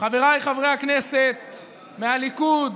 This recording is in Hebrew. חבריי חברי הכנסת מהליכוד,